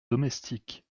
domestique